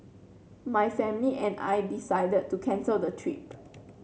my family and I decided to cancel the trip